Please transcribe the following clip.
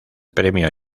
premio